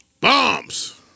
Bombs